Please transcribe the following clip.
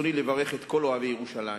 ברצוני לברך את כל אוהבי ירושלים: